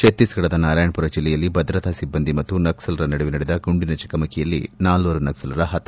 ಛತ್ತೀಸ್ಘಡದ ನಾರಾಯಣ್ಪುರ ಜಿಲ್ಲೆಯಲ್ಲಿ ಭದ್ರತಾ ಸಿಬ್ಲಂದಿ ಮತ್ತು ನಕ್ವಲರ ನಡುವೆ ನಡೆದ ಗುಂಡಿನ ಚಕಮಕಿಯಲ್ಲಿ ನಾಲ್ವರು ನಕ್ವಲರ ಹತ